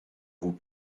vous